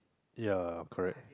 ya correct